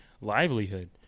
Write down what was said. livelihood